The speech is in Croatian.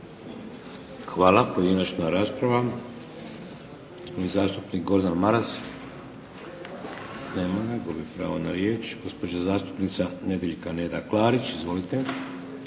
Hvala. Pojedinačna rasprava. Gospodin zastupnik Gordan Maras. Nema ga, gubi pravo na riječ. Gospođa zastupnica Nedjeljka Neda Klarić, izvolite.